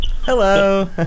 hello